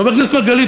חבר הכנסת מרגלית,